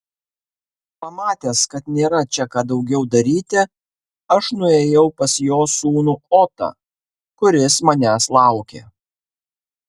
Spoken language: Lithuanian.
pamatęs kad nėra čia ką daugiau daryti aš nuėjau pas jo sūnų otą kuris manęs laukė